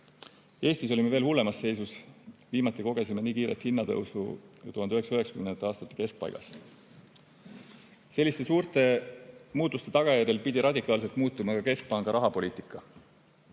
olime veel hullemas seisus. Viimati kogesime nii kiiret hinnatõusu 1990. aastate keskpaigas. Selliste suurte muutuste tagajärjel pidi radikaalselt muutuma ka keskpanga rahapoliitika.